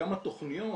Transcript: גם התכניות